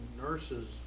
nurses